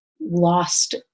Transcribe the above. lost